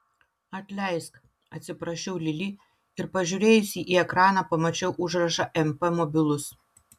atleisk atsiprašiau lili ir pažiūrėjusi į ekraną pamačiau užrašą mp mobilus